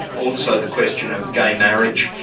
also the question of gay marriage.